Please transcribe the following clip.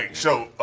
so.